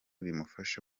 bimufasha